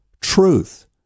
truth